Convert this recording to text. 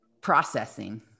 processing